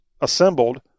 assembled